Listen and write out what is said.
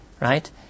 right